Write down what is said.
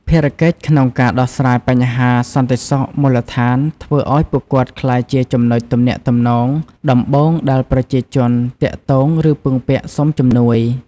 ភារកិច្ចក្នុងការដោះស្រាយបញ្ហាសន្តិសុខមូលដ្ឋានធ្វើឲ្យពួកគាត់ក្លាយជាចំណុចទំនាក់ទំនងដំបូងដែលប្រជាជនទាក់ទង ឬពឹងពាក់សុំជំនួយ។